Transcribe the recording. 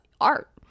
art